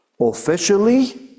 Officially